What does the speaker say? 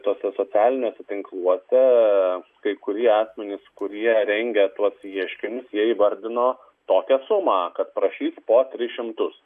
tuose socialiniuose tinkluose kai kurie asmenys kurie rengia tuos ieškinius jie įvardino tokią sumą kad prašys po tris šimtus